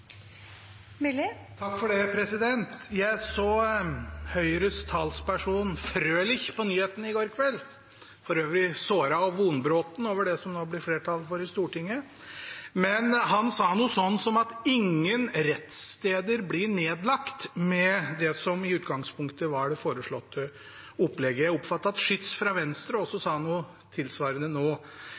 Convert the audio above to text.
Jeg så Høyres talsperson Frølich på nyhetene i går kveld, for øvrig såret og vonbroten over det som det nå blir flertall for i Stortinget. Men han sa noe slikt som at ingen rettssteder blir nedlagt med det som i utgangspunktet var det foreslåtte opplegget. Jeg oppfattet at representanten Schytz fra Venstre nå i stad sa noe tilsvarende.